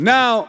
Now